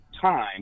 time